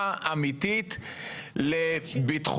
תעצור ילד ברחוב ותשאל אותו: תגיד,